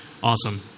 Awesome